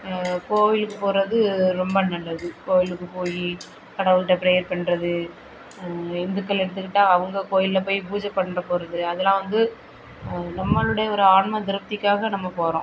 கோவிலுக்கு போகறது ரொம்ப நல்லது கோயிலுக்கு போய் கடவுள்கிட்ட ப்ரேயர் பண்ணுறது இந்துக்கள் எடுத்துக்கிட்டால் அவங்க கோயிலில் போய் பூஜை பண்ணப் போகறது அதெலாம் வந்து நம்மளுடைய ஒரு ஆன்ம திருப்திக்காக நம்ம போகறோம்